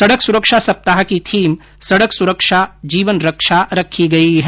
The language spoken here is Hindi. सड़क सुरक्षा सप्ताह की थीम सड़क सुरक्षा जीवन रक्षा रखी गई है